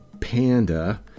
Panda